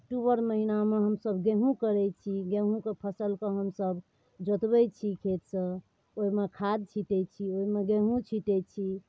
अक्टूबर महीनामे हमसब गेहूँ करैत छी गेहूँके फसल कऽ हमसब जोतबैत छी खेतसँ ओहिमे खाद छीटैत छी ओहिमे गेहूँ छीटैत छी